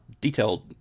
detailed